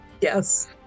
Yes